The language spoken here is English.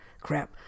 crap